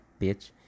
bitch